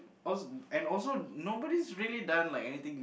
I was and also nobody really done like anything